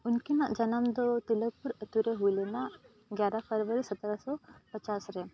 ᱩᱱᱠᱤᱱᱟᱜ ᱡᱟᱱᱟᱢ ᱫᱚ ᱛᱤᱞᱟᱹᱠᱯᱩᱨ ᱟᱛᱳᱨᱮ ᱦᱩᱭ ᱞᱮᱱᱟ ᱮᱜᱟᱨᱚ ᱯᱷᱮᱣᱨᱟᱨᱤ ᱥᱚᱛᱨᱚ ᱥᱚ ᱯᱚᱪᱟᱥ ᱨᱮ